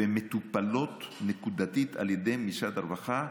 והן מטופלות נקודתית על ידי משרד הרווחה,